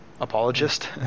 apologist